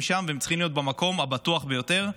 שם והם צריכים להיות במקום הבטוח ביותר.